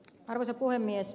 arvoisa puhemies